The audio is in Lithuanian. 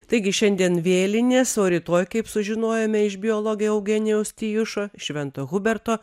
taigi šiandien vėlinės o rytoj kaip sužinojome iš biologo eugenijaus tijušo švento huberto